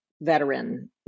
veteran